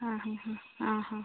അ